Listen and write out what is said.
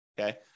okay